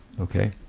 okay